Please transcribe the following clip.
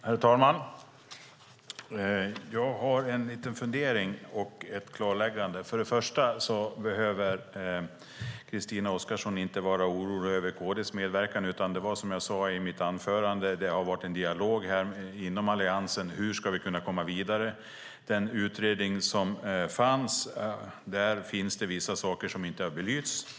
Herr talman! Jag har en liten fundering och ett klarläggande. Först och främst behöver Christina Oskarsson inte vara orolig över KD:s medverkan. Det är som jag sade i mitt anförande: Det har varit en dialog inom Alliansen om hur vi ska kunna komma vidare. I utredningen finns vissa saker som inte har belysts.